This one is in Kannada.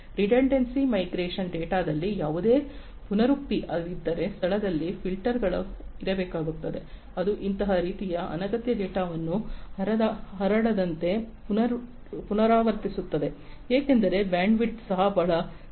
ರಿಡಂಡೆನ್ಸಿ ಮೈಗ್ರೇಶನ್ ಡೇಟಾದಲ್ಲಿ ಯಾವುದೇ ಪುನರುಕ್ತಿ ಇದ್ದರೆ ಸ್ಥಳದಲ್ಲಿ ಫಿಲ್ಟರ್ಗಳು ಇರಬೇಕಾಗುತ್ತದೆ ಅದು ಅಂತಹ ರೀತಿಯ ಅನಗತ್ಯ ಡೇಟಾವನ್ನು ಹರಡದಂತೆ ಪುನರಾವರ್ತಿಸುತ್ತದೆ ಏಕೆಂದರೆ ಬ್ಯಾಂಡ್ವಿಡ್ತ್ ಸಹ ಬಹಳ ಸೀಮಿತವಾಗಿದೆ